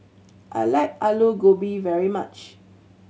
I like Alu Gobi very much